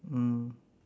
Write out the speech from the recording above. mm